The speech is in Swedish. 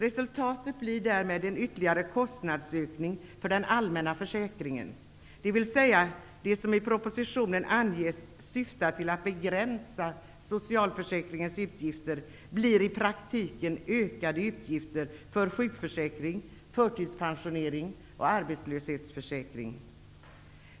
Resultatet blir därmed en ytterligare kostnadsökning för den allmänna försäkringen, dvs. det som i propositionen anges syfta till att begränsa socialförsäkringens utgifter blir i praktiken ökade utgifter för sjukförsäkring, förtidspensionering och arbetslöshetsförsäkring.